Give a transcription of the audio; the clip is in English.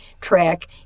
track